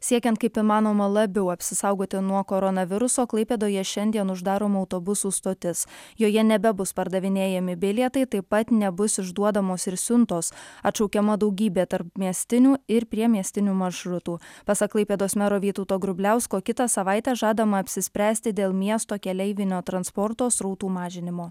siekiant kaip įmanoma labiau apsisaugoti nuo koronaviruso klaipėdoje šiandien uždaroma autobusų stotis joje nebebus pardavinėjami bilietai taip pat nebus išduodamos ir siuntos atšaukiama daugybė tarpmiestinių ir priemiestinių maršrutų pasak klaipėdos mero vytauto grubliausko kitą savaitę žadama apsispręsti dėl miesto keleivinio transporto srautų mažinimo